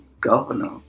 governor